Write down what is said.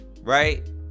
Right